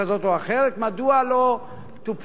יכול להיות שהנתונים לא נכונים, כי זה מ-2010.